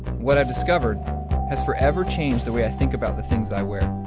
what i've discovered has forever changed the way i think about the things i wear,